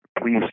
please